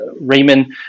Raymond